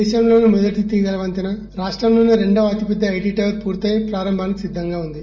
దేశంలోనే మొదటి తీగల వంతెన రాష్టము లోనే రెండవ అతి పెద్ద ఐటి టవర్ పూర్తయి ప్రారంభానికి సిద్దంగా ఉంది